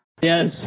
Yes